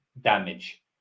Damage